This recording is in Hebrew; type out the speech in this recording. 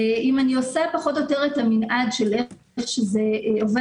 אם אני עושה פחות או יותר את המנעד של איך זה עובד,